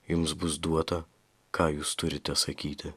jums bus duota ką jūs turite sakyti